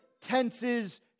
tenses